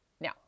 Now